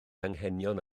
anghenion